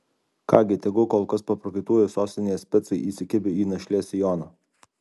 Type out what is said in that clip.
ką gi tegu kol kas paprakaituoja sostinės specai įsikibę į našlės sijoną